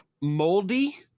Moldy